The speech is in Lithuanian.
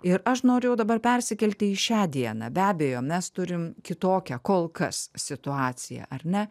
ir aš noriu jau dabar persikelti į šią dieną be abejo mes turim kitokią kol kas situaciją ar ne